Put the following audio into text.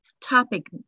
topic